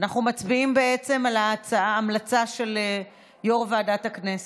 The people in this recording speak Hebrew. אנחנו מצביעים על ההמלצה של יו"ר ועדת הכנסת.